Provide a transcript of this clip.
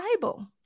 Bible